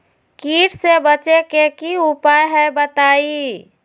कीट से बचे के की उपाय हैं बताई?